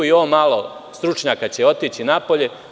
I ovo malo stručnjaka će otići napolje.